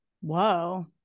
Whoa